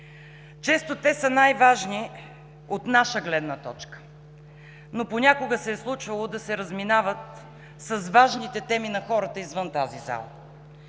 Често те са най-важни от наша гледна точка, но понякога се е случвало да се разминават с важните теми на хората извън тази зала.